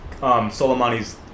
Soleimani's